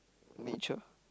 nature